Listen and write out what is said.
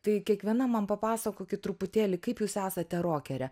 tai kiekviena man papasakokit truputėlį kaip jūs esate rokerė